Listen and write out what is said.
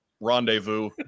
rendezvous